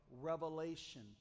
revelation